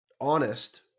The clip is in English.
honest